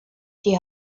die